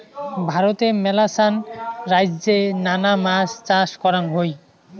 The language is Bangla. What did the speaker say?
ভারতে মেলাছান রাইজ্যে নানা মাছ চাষ করাঙ হই